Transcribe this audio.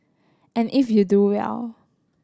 and if you do well